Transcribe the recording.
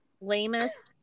Lamest